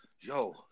Yo